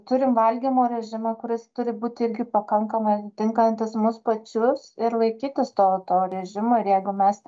turim valgymo režimą kuris turi būti irgi pakankamai tinkantis mus pačius ir laikytis to to režimo ir jeigu mes